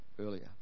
earlier